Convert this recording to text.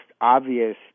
obvious